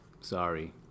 Sorry